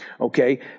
okay